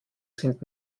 sind